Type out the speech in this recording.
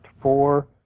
four